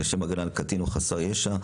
לשם הגנה על קטין או חסר ישע,